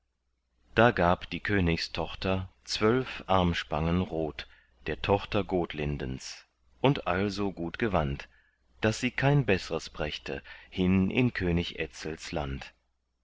da gab die königstochter zwölf armspangen rot der tochter gotlindens und also gut gewand daß sie kein beßres brächte hin in könig etzels land